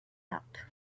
out